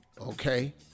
okay